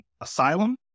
asylum